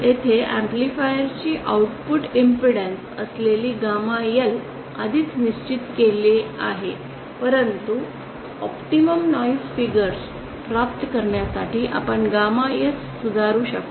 येथे एम्पलीफायर ची output impedance असलेले गॅमा L आधीच निश्चित केले आहे परंतु ऑप्टिमम नॉईस फिगर प्राप्त करण्यासाठी आपण गामा s सुधारू शकतो